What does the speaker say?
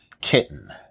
kitten